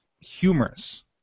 humorous